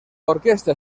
orquesta